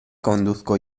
conduzco